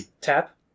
Tap